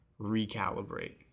Recalibrate